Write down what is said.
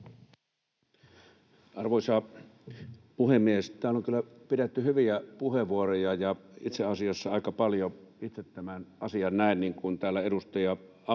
Arvoisa puhemies! Täällä on kyllä pidetty hyviä puheenvuoroja. Itse asiassa aika paljon itse tämän asian näen niin kuin täällä edustaja Autto